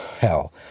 Hell